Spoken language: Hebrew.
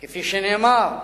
כפי שנאמר: